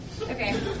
Okay